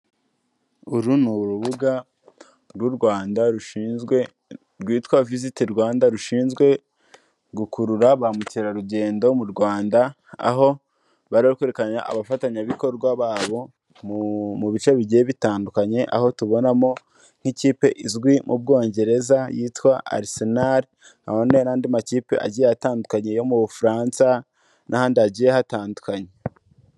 Uru ni urubuga rw'u Rwanda rushinzwe rwitwa visiti Rwanda rushinzwe gukurura ba mukerarugendo mu Rwanda, aho bari kwe abafatanyabikorwa babo mu bice bigiye bitandukanye aho tubonamo nk'ikipe izwi mu Bwongereza yitwa Arisenali n'andi makipe agiye atandukanye yo mu Bufaransa n'ahandi hagiye hatandukanye.